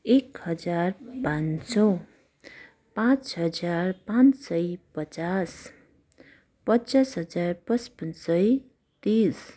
एक हजार पाँच सय पाँच हजार पाँच सय पचास पचास हजार पचपन्न सय तिस